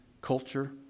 culture